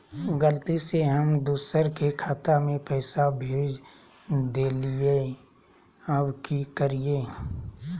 गलती से हम दुसर के खाता में पैसा भेज देलियेई, अब की करियई?